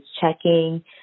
checking